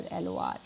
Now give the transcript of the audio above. LOR